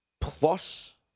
plus